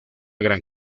gran